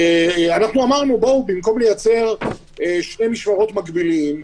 אמרנו שבמקום לייצר שני משמרות מקבילים,